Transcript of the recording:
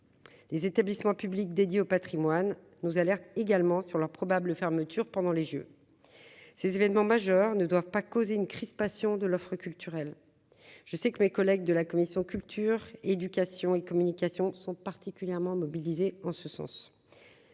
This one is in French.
les établissements publics dédiés au Patrimoine nous alerte également sur la probable fermeture pendant les Jeux, ces événements majeurs ne doivent pas causer une crispation de l'offre culturelle, je sais que mes collègues de la commission culture, éducation et communication sont particulièrement mobilisés en ce sens,